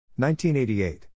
1988